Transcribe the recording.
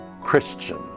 Christian